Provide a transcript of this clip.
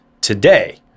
today